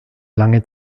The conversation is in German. lange